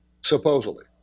supposedly